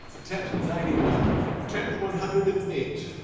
attempt ninety nine. attempt one hundred and eight.